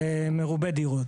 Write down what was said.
ומרובי דירות.